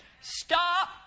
Stop